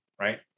right